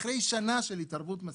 אחרי שנה של התערבות מסיבית.